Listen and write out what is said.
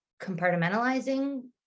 compartmentalizing